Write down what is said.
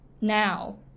now